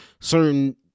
certain